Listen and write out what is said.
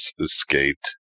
escaped